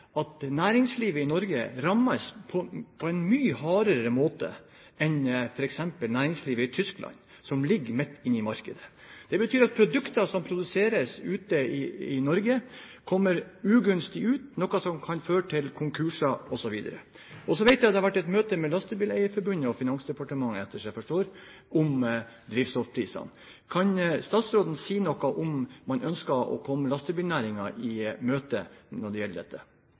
at næringslivet i Norge rammes på en mye hardere måte enn f.eks. næringslivet i Tyskland, som ligger midt i markedet. Det betyr at produkter som produseres i Norge, kommer ugunstig ut, noe som kan føre til konkurser osv. Ettersom jeg forstår, har det vært et møte mellom Lastebileierforbundet og Finansdepartementet om drivstoffprisene. Kan statsråden si noe om man ønsker å komme lastebilnæringen i møte når det gjelder dette?